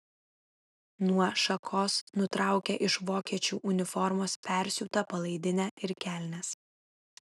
nuo šakos nutraukia iš vokiečių uniformos persiūtą palaidinę ir kelnes